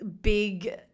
big